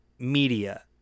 media